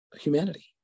humanity